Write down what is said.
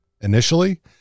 initially